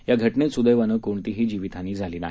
या घटनेत सुदैवानं कोणतेही जीवितहानी झाली नाही